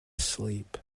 sleep